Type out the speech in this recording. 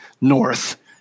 North